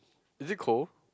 is it cold